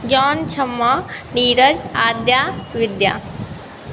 ज्ञान क्षमा नीरज आद्या विद्या